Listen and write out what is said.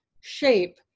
shape